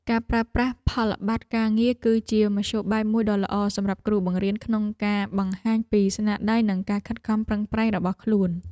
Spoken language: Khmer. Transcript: ការប្រើប្រាស់ផលប័ត្រការងារគឺជាមធ្យោបាយមួយដ៏ល្អសម្រាប់គ្រូបង្រៀនក្នុងការបង្ហាញពីស្នាដៃនិងការខិតខំប្រឹងប្រែងរបស់ខ្លួន។